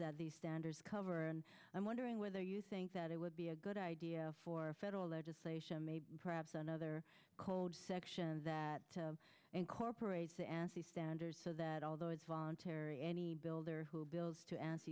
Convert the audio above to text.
that these standards cover and i'm wondering whether you think that it would be a good idea for federal legislation maybe perhaps another code section that incorporates the assay standards so that although it's voluntary any builder who builds to a